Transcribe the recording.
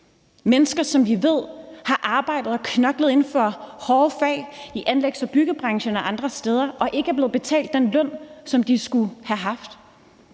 mennesker, som vi ved har arbejdet og knoklet inden for hårde fag i anlægs- og byggebranchen og andre steder og ikke er blevet betalt den løn, som de skulle have haft.